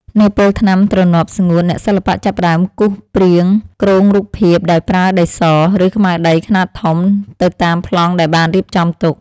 នៅពេលថ្នាំទ្រនាប់ស្ងួត អ្នកសិល្បៈចាប់ផ្ដើមគូសព្រាងគ្រោងរូបភាព ដោយប្រើដីស ឬខ្មៅដៃខ្នាតធំទៅតាមប្លង់ដែលបានរៀបចំទុក។